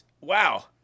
Wow